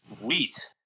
Wheat